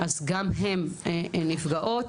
גם הן נפגעות.